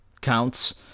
counts